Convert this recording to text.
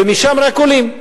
ומשם רק עולים.